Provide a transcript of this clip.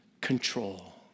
control